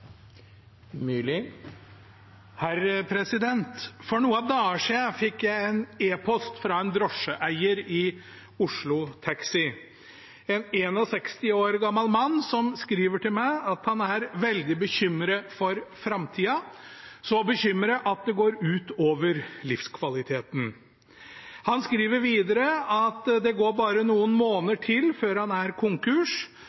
For noen dager siden fikk jeg en e-post fra en drosjeeier i Oslo Taxi – en 61 år gammel mann som skriver til meg at han er veldig bekymret for framtida, så bekymret at det går ut over livskvaliteten. Han skriver videre at det går bare noen